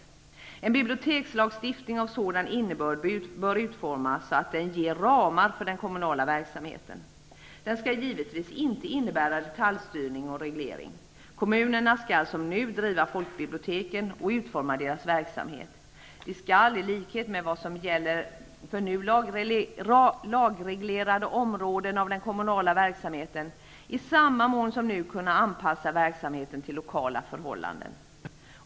En bibliotekslagstiftning av sådan innebörd bör utformas så att den ger ramar för den kommunala verksamheten. Den skall givetvis inte innebära detaljstyrning och reglering. Kommunerna skall som nu driva folkbiblioteken och utforma deras verksamhet. De skall, i likhet med vad som gäller för nu lagreglerade områden av den kommunala verksamheten, i samma mån som nu kunna anpassa verksamheten till lokala förhållanden.